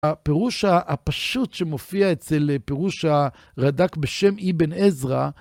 הפירוש הפשוט שמופיע אצל פירוש הרד"ק בשם אבן עזרא,